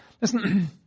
Listen